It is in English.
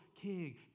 King